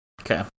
Okay